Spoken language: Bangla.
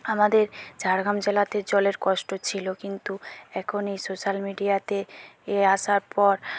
আমাদের ঝাড়গ্রাম জেলাতে জলের কষ্ট ছিল কিন্তু এখন এই সোশ্যাল মিডিয়াতে আসার পর